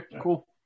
cool